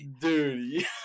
Dude